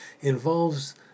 involves